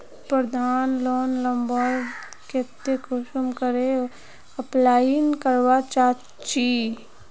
प्रबंधन लोन लुबार केते कुंसम करे अप्लाई करवा चाँ चची?